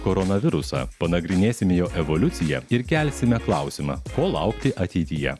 koronavirusą panagrinėsim jo evoliuciją ir kelsime klausimą ko laukti ateityje